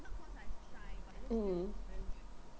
mm